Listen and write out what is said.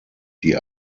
die